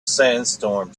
sandstorm